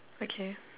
okay